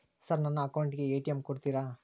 Sir ನನ್ನ account ಗೆ ATM ಕೊಡುತ್ತೇರಾ?